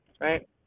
right